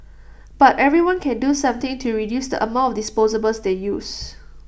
but everyone can do something to reduce the amount of disposables they use